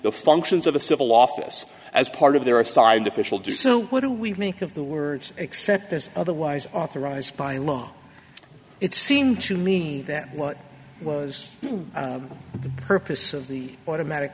the functions of a civil office as part of their assigned official do so what do we make of the words except as otherwise authorized by law it seemed to me then what was purpose of the automatic